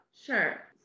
Sure